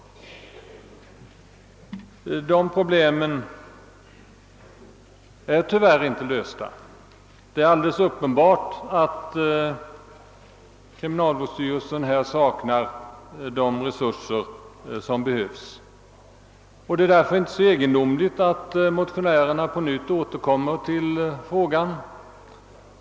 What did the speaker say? De problemen är tyvärr inte lösta. Det är alldeles tydligt att kriminalvårdsstyrelsen saknar erforderliga resurser. Därför är det inte underligt att motionärerna nu återkommer till frågan.